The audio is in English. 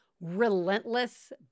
relentless